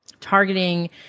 targeting